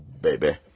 baby